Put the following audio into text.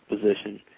position